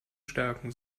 stärken